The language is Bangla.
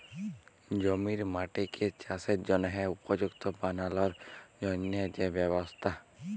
জমির মাটিকে চাসের জনহে উপযুক্ত বানালর জন্হে যে ব্যবস্থা